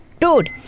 Dude